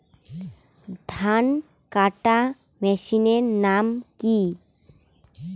ধান কাটার মেশিনের নাম কি?